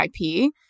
IP